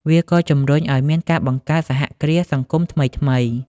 វាក៏ជំរុញឱ្យមានការបង្កើតសហគ្រាសសង្គមថ្មីៗ។